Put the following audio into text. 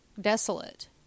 desolate